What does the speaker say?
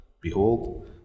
Behold